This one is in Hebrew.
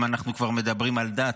אם אנחנו כבר מדברים על דת,